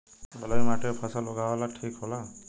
बलुई माटी पर फसल उगावल ठीक होला?